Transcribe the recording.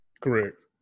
Correct